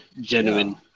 genuine